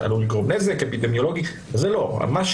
אם אנחנו בדיון אחד, גם של